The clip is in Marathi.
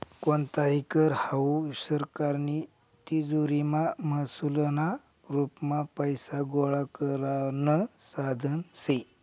कोणताही कर हावू सरकारनी तिजोरीमा महसूलना रुपमा पैसा गोळा करानं साधन शे